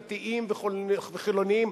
דתיים וחילונים,